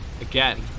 again